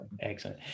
Excellent